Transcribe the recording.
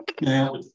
Now